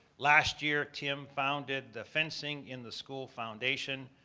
last year tim founded the fencing in the school foundation,